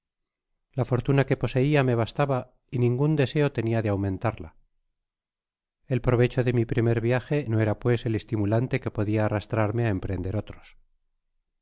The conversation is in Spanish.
la fortuna que poseia me bastaba y ningun deseo tenia de aumentarla el provecho de mi primer viaje no era pues el estimulante que podia arrastrarme á emprender otros